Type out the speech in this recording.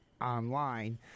online